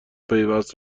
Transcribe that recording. پیوست